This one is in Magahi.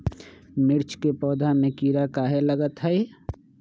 मिर्च के पौधा में किरा कहे लगतहै?